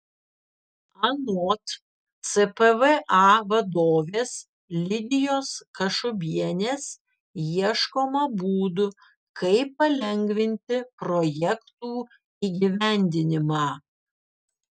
anot cpva vadovės lidijos kašubienės ieškoma būdų kaip palengvinti projektų įgyvendinimą